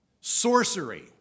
sorcery